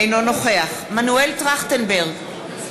אינו נוכח מנואל טרכטנברג,